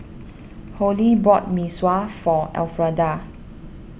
Holli bought Mee Sua for Alfreda